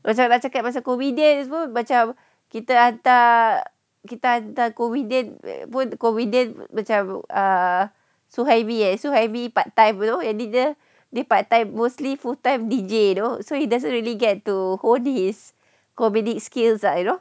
macam nak cakap pasal comedian ni semua macam kita hantar kita hantar comedian pun comedian macam err suhaimi eh suhaimi part time you know at least dia dia part time mostly full time D_J you know so he doesn't really get to hone his comedic skills that I know